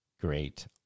great